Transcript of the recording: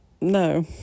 no